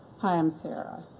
hi i'm sarah.